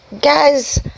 guys